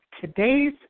today's